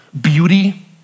beauty